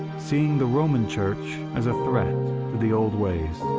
seeing the roman church as a threat to the old ways.